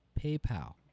PayPal